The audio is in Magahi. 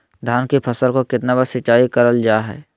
धान की फ़सल को कितना बार सिंचाई करल जा हाय?